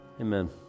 Amen